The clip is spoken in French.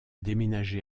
déménagé